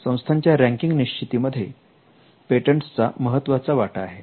संस्थांच्या रँकिंग निश्चिती मध्ये पेटंटस चा महत्त्वाचा वाटा आहे